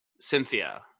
cynthia